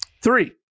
Three